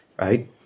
Right